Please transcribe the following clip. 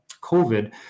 COVID